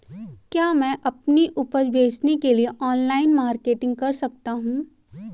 क्या मैं अपनी उपज बेचने के लिए ऑनलाइन मार्केटिंग कर सकता हूँ?